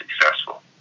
successful